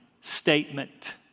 Statement